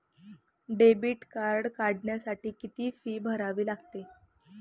Debit card काढण्यासाठी किती fee भरावी लागते?